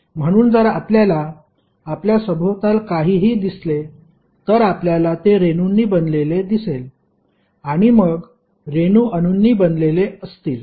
म्हणून जर आपल्याला आपल्या सभोवताल काहीही दिसले तर आपल्याला ते रेणूंनी बनलेले दिसेल आणि मग रेणू अणूंनी बनलेले असतील